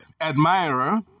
admirer